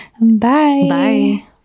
Bye